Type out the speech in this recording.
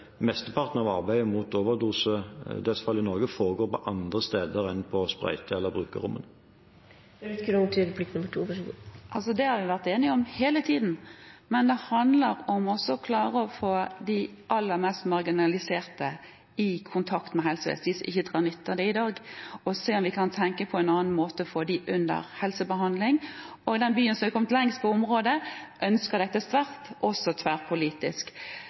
mesteparten av arbeidet mot overdosedødsfall i Norge foregår på andre steder enn på sprøyte- eller brukerrom. Det har vi vært enige om hele tiden, men det handler om å klare å få også de aller mest marginaliserte i kontakt med helsevesenet, de som ikke drar nytte av det i dag, og se om vi kan tenke på en annen måte og få dem under helsebehandling. Den byen som har kommet lengst på området, ønsker dette sterkt, også tverrpolitisk.